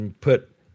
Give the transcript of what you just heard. put